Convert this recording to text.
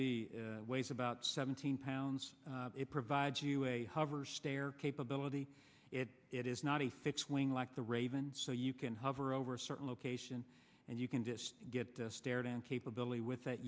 avi weighs about seventeen pounds it provides you a hover stare capability it it is not a fixed wing like the raven so you can hover over a certain location and you can just get stared and capability with